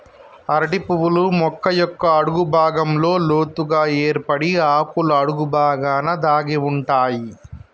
అరటి పువ్వులు మొక్క యొక్క అడుగు భాగంలో లోతుగ ఏర్పడి ఆకుల అడుగు బాగాన దాగి ఉంటాయి